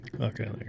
Okay